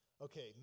Okay